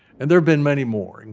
and there've been many more, and